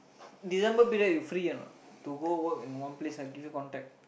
December period you free or not to go work in one place I give you contact